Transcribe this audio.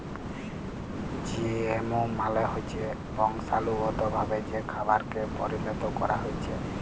GMO মালে হচ্যে বংশালুগতভাবে যে খাবারকে পরিলত ক্যরা হ্যয়েছে